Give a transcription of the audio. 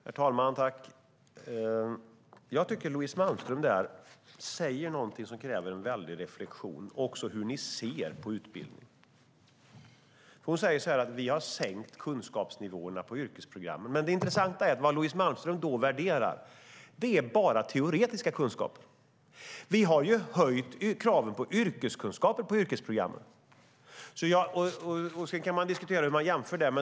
Herr talman! Jag tycker att Louise Malmström säger något som kräver en hel del reflexion också när det gäller hur ni ser på utbildning. Hon säger att vi har sänkt kunskapsnivåerna på yrkesprogrammen. Det intressanta är att det som Louise Malmström då värderar är bara teoretiska kunskaper. Vi har höjt kraven på yrkeskunskaper på yrkesprogrammen. Sedan kan man diskutera hur man jämför det.